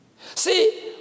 See